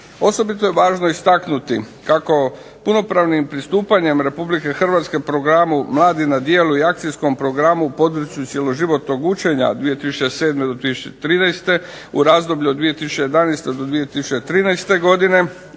Osobito je važno istaknuti kako punopravnim pristupanjem RH Programu mladi na djelu i Akcijskom programu u području cjeloživotnog učenja od 2007.-2013. u razdoblju od 2011.-2013. godine